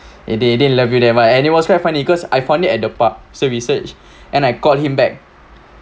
and they didn't love you that much and it was quite funny cause I found it at the park so we search and I called him back